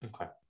Okay